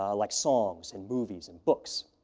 ah like songs and movies and books.